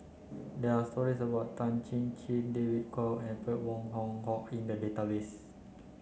there are stories about Tan Chin Chin David Kwo and Alfred Wong Hong Kwok in the database